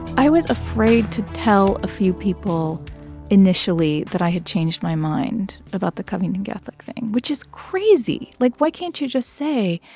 i was afraid to tell a few people initially that i had changed my mind about the covington catholic thing, which is crazy. like, why can't you just say,